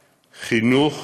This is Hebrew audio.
חינוך,